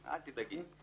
אל תדאגי.